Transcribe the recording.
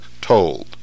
told